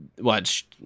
watch